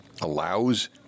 allows